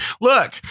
Look